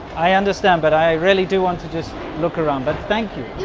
i understand, but i really do want to just look around, but thank you